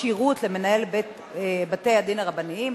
כשירות למנהל בתי-הדין הרבניים),